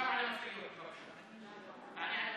עכשיו על המשאיות, תענה על המשאיות.